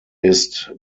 ist